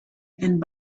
and